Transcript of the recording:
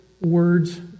words